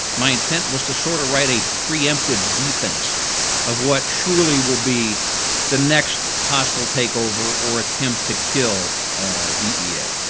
my intent was to sort of write a preemptive defense of what surely will be the next hostile take over or attempt to kill dea.